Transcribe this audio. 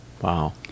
Wow